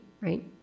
Right